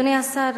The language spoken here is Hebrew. אדוני השר,